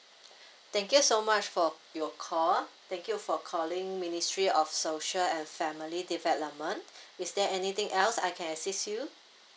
thank you so much for your call thank you for calling ministry of social and family development is there anything else I can assist you